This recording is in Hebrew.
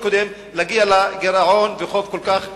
הקודם להגיע לגירעון ולחוב כל כך גדול?